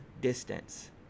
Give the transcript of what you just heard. distance